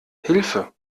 hilfe